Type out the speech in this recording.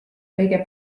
kõige